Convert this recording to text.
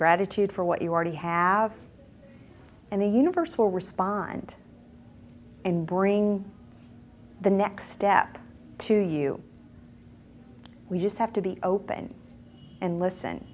gratitude for what you already have and the universe will respond and bring the next step to you we just have to be open and listen